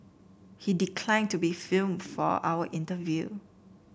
he declined to be film for our interview